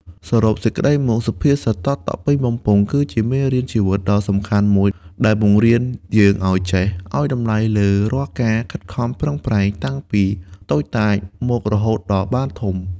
សរុបសេចក្តីមក សុភាសិត តក់ៗពេញបំពង់ គឺជាមេរៀនជីវិតដ៏សំខាន់មួយ ដែលបង្រៀនយើងឱ្យចេះ ឱ្យតម្លៃលើរាល់ការខិតខំប្រឹងប្រែងតាំងពីតូចតាចមករហូតដល់បានធំ។